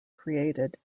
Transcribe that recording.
created